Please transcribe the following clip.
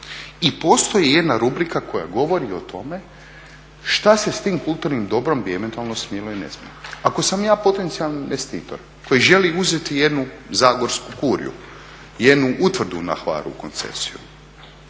I postoji jedna rubrika koja govori o tome šta se s tim kulturnim dobrom bi eventualno smjelo ili ne smjelo. Ako sam ja potencijalni investitor koji želi uzeti jednu zagorsku kuriju, jednu utvrdu na Hvaru u koncesiju